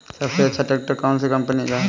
सबसे अच्छा ट्रैक्टर कौन सी कम्पनी का है?